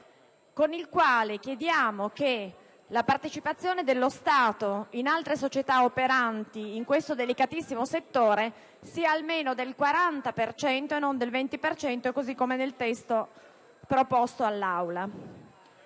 con il quale chiediamo che la partecipazione dello Stato in altre società operanti in questo delicatissimo settore sia almeno del 40 per cento e non del 20, così come proposto all'Assemblea.